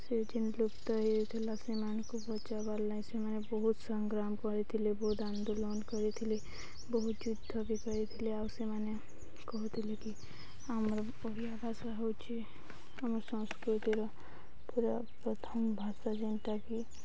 ସେ ଯେନ୍ ଲୁପ୍ତ ହେଇଯାଇଥିଲା ସେମାନଙ୍କୁ ବଞ୍ଚାବାର୍ ଲାଗି ସେମାନେ ବହୁତ ସଂଗ୍ରାମ କରିଥିଲେ ବହୁତ ଆନ୍ଦୋଳନ କରିଥିଲେ ବହୁତ ଯୁଦ୍ଧ ବି କରିଥିଲେ ଆଉ ସେମାନେ କହୁଥିଲେ କି ଆମର ଓଡ଼ିଆ ଭାଷା ହେଉଛି ଆମ ସଂସ୍କୃତିର ପୁରା ପ୍ରଥମ ଭାଷା ଯେନ୍ତାକି